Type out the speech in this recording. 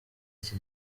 iki